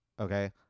Okay